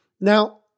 now